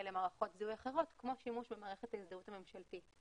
למערכות זיהוי אחרות כמו שימוש במערכת ההזדהות הממשלתית.